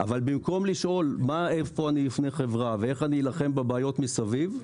אבל במקום לשאול איפה אני אבנה חברה ואיך אני אלחם בבעיות מסביב,